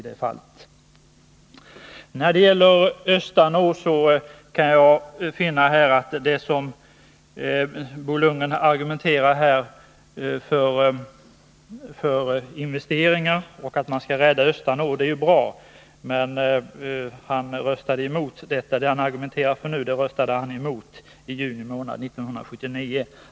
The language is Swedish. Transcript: När det gäller Östanå bruk vill jag säga att det som Bo Lundgren argumenterar för här, investeringar och räddning av Östanå bruk, är bra. Men det han nu argumenterar för röstade han mot i juni månad 1979.